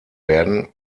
werden